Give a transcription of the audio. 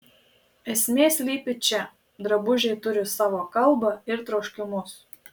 esmė slypi čia drabužiai turi savo kalbą ir troškimus